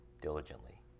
diligently